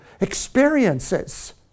experiences